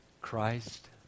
Christ